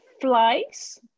flies